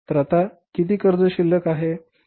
तर आता किती कर्ज शिल्लक आहे